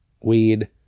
weed